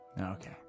okay